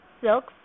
silks